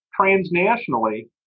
transnationally